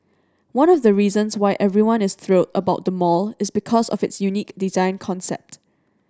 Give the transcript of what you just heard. one of the reasons why everyone is thrilled about the mall is because of its unique design concept